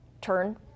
turn